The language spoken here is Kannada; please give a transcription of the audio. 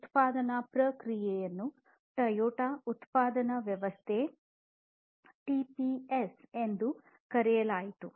ಉತ್ಪಾದನಾ ಪ್ರಕ್ರಿಯೆಯನ್ನು ಟೊಯೋಟಾ ಉತ್ಪಾದನಾ ವ್ಯವಸ್ಥೆ ಟಿಪಿಎಸ್ ಎಂದು ಕರೆಯಲಾಗುತ್ತಿತ್ತು